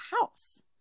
house